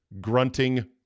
grunting